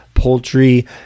poultry